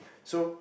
so